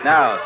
Now